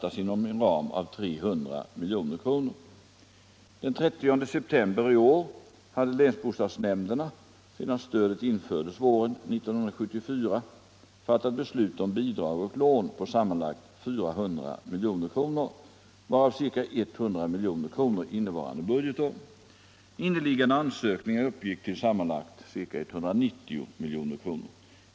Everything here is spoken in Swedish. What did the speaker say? september i år hade länsbostadsnämnderna, sedan stödet infördes våren 1974, fattat beslut om bidrag och lån på sammanlagt ca 400 milj.kr., varav ca 100 milj.kr. innevarande budgetår. Inneliggande ansökningar uppgick till sammanlagt ca 190 milj.kr.